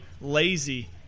lazy